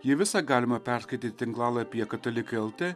jį visą galima perskaityt tinklalapyje katalikai lt